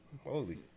Holy